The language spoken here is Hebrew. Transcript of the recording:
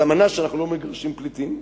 על אמנה שאנחנו לא מגרשים פליטים.